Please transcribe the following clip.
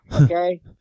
okay